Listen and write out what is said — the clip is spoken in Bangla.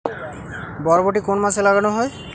বরবটি কোন মাসে লাগানো হয়?